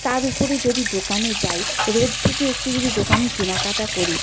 তার উপরে যদি দোকানে যাই রোদ থেকে একটু যদি দোকানে কেনাকাটা করি